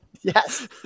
Yes